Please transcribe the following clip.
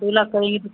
दो लाख करेंगी तो